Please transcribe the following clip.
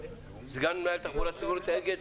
סגן מנהל התחבורה הציבורית באגד.